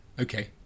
okay